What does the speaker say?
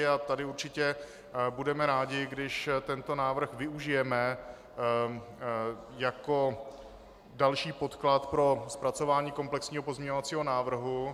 A tady určitě budeme rádi, když tento návrh využijeme jako další podklad pro zpracování komplexního pozměňovacího návrhu.